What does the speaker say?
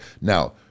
Now